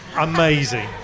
Amazing